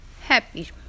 happy